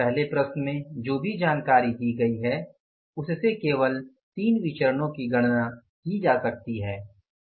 पहली प्रश्न में जो भी जानकारी दी गई है उससे केवल 3 विचरणो की गणना की जा सकती है